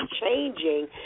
changing